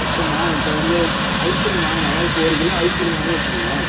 இப்போம்மா இப்போ வந்து ஐஸ்கிரீம் வாங்கினாமா இப்போ ஒரு கிலோ ஐஸ்கிரீம் வாங்கினீங்கனு வச்சிக்கோங்களேன்